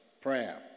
prayer